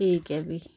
ठीक ऐ फ्ही